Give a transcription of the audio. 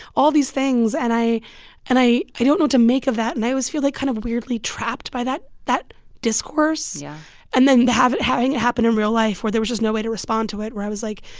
all these things. and i and i don't know to make of that, and i always feel, like, kind of weirdly trapped by that that discourse yeah and then having having it happen in real life, where there was just no way to respond to it, where i was like,